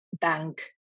bank